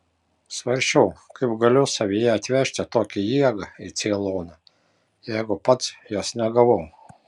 svarsčiau kaip galiu savyje atvežti tokią jėgą į ceiloną jeigu pats jos negavau